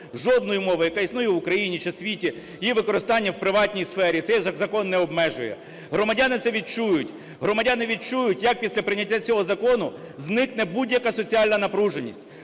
жодної мови, яка існує в Україні чи у світі, її використання в приватній сфері цей закон не обмежує. Громадяни це відчують. Громадяни відчують, як після прийняття цього закону зникне будь-яка соціальна напруженість,